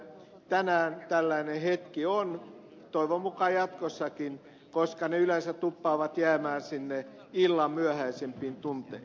tänään tällainen hetki on toivon mukaan jatkossakin koska ne yleensä tuppaavat jäämään sinne illan myöhäisimpiin tunteihin